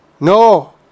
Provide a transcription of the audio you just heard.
No